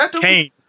Kane